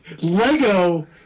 Lego